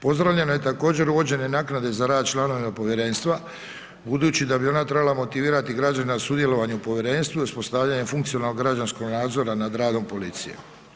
Pozdravljeno je također uvođenje naknade za rad članovima povjerenstva budući da bi ona trebala motivirati građane na sudjelovanje u povjerenstvu i uspostavljanje funkcionalnog građanskog nadzora nad radom policije.